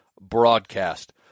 broadcast